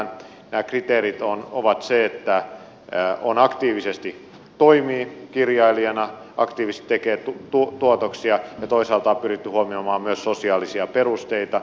nämä kriteerit ovat ne että aktiivisesti toimii kirjailijana aktiivisesti tekee tuotoksia ja toisaalta on pyritty huomioimaan myös sosiaalisia perusteita